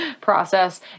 process